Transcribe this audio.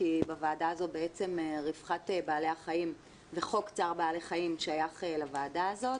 כי בוועדה הזאת רווחת בעלי החיים וחוק צער בעלי חיים שייך לוועדה הזאת